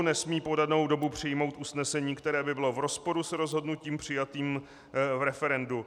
Nesmí po danou dobu přijmout usnesení, které by bylo v rozporu s rozhodnutím přijatým v referendu.